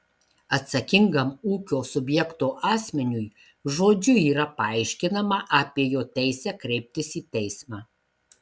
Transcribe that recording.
atsakingam ūkio subjekto asmeniui žodžiu yra paaiškinama apie jo teisę kreiptis į teismą